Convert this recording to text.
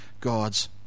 God's